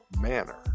manner